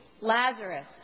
Lazarus